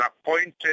appointed